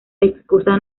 excusa